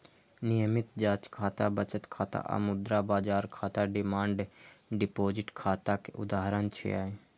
नियमित जांच खाता, बचत खाता आ मुद्रा बाजार खाता डिमांड डिपोजिट खाता के उदाहरण छियै